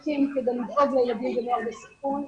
חצים כדי לטפל בילדים ונוער בסיכון,